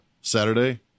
Saturday